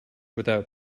without